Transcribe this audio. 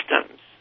systems